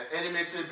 animated